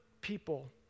people